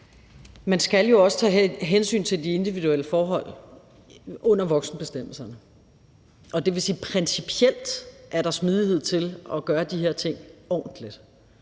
Man skal jo også tage hensyn til de individuelle forhold under voksenbestemmelserne, og det vil sige, at principielt er der smidighed til at gøre de her ting ordentligt.